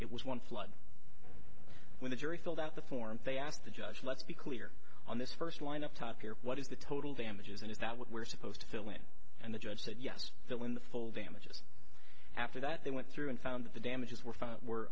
it was one flood when the jury filled out the form they asked the judge let's be clear on this first line up top here what is the total damages and is that what we're supposed to fill in and the judge said yes fill in the full damages after that they went through and found that the damages were